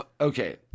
Okay